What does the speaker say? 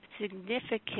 significant